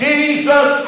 Jesus